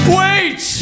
wait